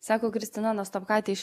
sako kristina nastopkaitė iš